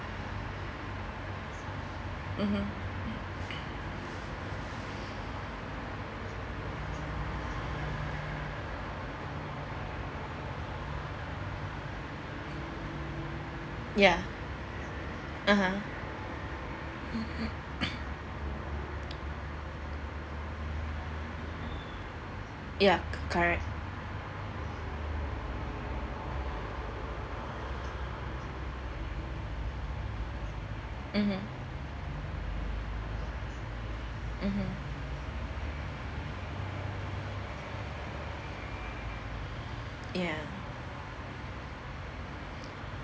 mmhmm ya (uh huh) ya correct mmhmm mmhmm ya